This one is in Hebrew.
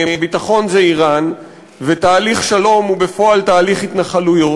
ביטחון זה איראן ותהליך שלום הוא בפועל תהליך התנחלויות.